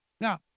Now